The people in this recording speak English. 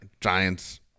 Giants